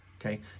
okay